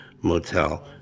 Motel